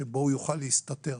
שבו הוא יוכל להסתתר.